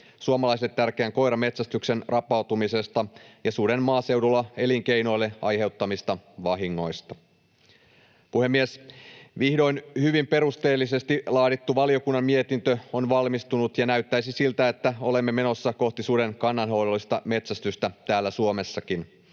suomalaisille tärkeän koirametsästyksen rapautumisesta ja suden maaseudulla elinkeinoille aiheuttamista vahingoista. Puhemies! Vihdoin hyvin perusteellisesti laadittu valiokunnan mietintö on valmistunut, ja näyttäisi siltä, että olemme menossa kohti suden kannanhoidollista metsästystä täällä Suomessakin.